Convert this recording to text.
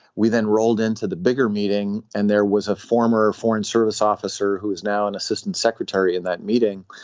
we then rolled into the bigger meeting and there was a former foreign service officer who is now an assistant secretary in that meeting.